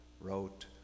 wrote